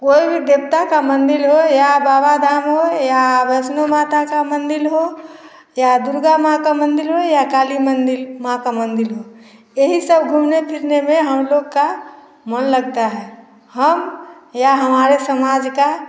कोई भी देवता का मंदिर हो या बाबा धाम हो या वैष्णो माता का मंदिर हो या दुर्गा माँ का मंदिर हो या काली मंदिर माँ का मंदिर हो यही सब घूमने फिरने में हम लोग का मन लगता है हम या हमारे समाज का